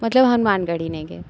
मतलब हनुमान गढ़ी नहीं गए